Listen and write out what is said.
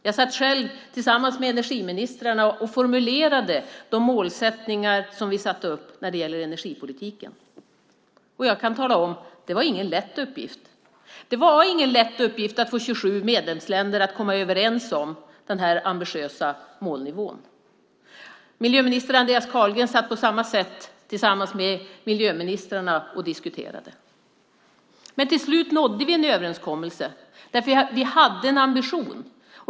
Jag satt själv tillsammans med energiministrarna och formulerade de målsättningar som vi satte upp när det gäller energipolitiken. Och jag kan tala om att det inte var någon lätt uppgift. Det var ingen lätt uppgift att få 27 medlemsländer att komma överens om den här ambitiösa målnivån. Miljöminister Andreas Carlgren satt på samma sätt tillsammans med miljöministrarna och diskuterade. Men till slut nådde vi en överenskommelse. Vi hade en ambition.